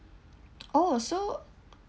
orh so